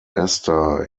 esther